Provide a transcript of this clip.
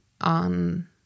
on